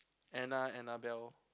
Anna Annabelle